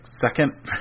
second